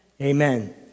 Amen